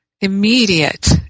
immediate